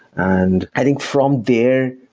and i think from there,